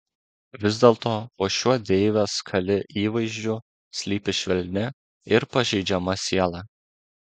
vis dėlto po šiuo deivės kali įvaizdžiu slypi švelni ir pažeidžiama siela